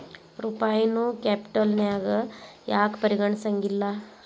ರೂಪಾಯಿನೂ ಕ್ಯಾಪಿಟಲ್ನ್ಯಾಗ್ ಯಾಕ್ ಪರಿಗಣಿಸೆಂಗಿಲ್ಲಾ?